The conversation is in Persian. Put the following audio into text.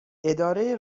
اداره